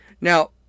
Now